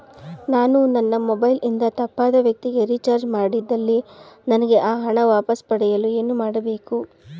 ನಾನು ನನ್ನ ಮೊಬೈಲ್ ಇಂದ ತಪ್ಪಾದ ವ್ಯಕ್ತಿಗೆ ರಿಚಾರ್ಜ್ ಮಾಡಿದಲ್ಲಿ ನನಗೆ ಆ ಹಣ ವಾಪಸ್ ಪಡೆಯಲು ಏನು ಮಾಡಬೇಕು?